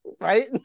right